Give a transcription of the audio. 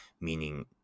meaning